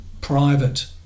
private